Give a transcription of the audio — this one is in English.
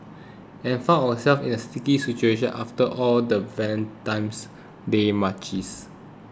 and found ourselves in a sticky situation after all the Valentine's Day munchies